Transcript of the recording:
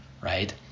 right